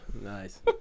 Nice